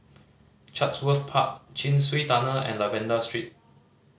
Chatsworth Park Chin Swee Tunnel and Lavender Street